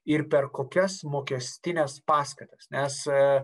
ir per kokias mokestines paskatas nes